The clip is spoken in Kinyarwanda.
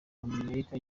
amerika